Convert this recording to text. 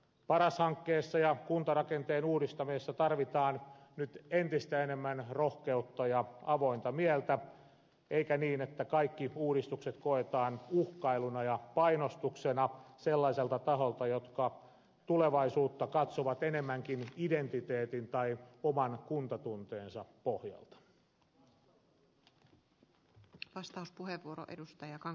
paras hankkeessa ja kuntarakenteen uudistamisessa tarvitaan nyt entistä enemmän rohkeutta ja avointa mieltä eikä niin että kaikki uudistukset kokee uhkailuna ja painostuksena sellainen taho joka tulevaisuutta katsoo enemmänkin identiteetin tai oman kuntatunteensa pohjalta